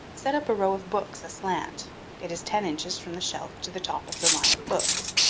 set up a row of books aslant it is ten inches from the shelf to the top of the line of books,